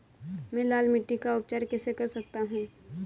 मैं लाल मिट्टी का उपचार कैसे कर सकता हूँ?